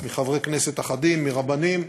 מחברי כנסת אחדים ומרבנים.